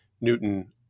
Newton